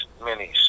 Minis